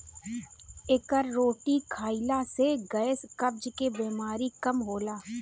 एकर रोटी खाईला से गैस, कब्ज के बेमारी कम होला